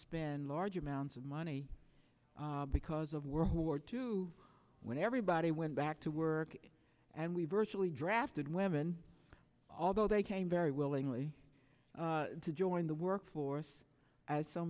spend large amounts of money because of world war two when everybody went back to work and we virtually drafted women although they came very willingly to join the workforce as so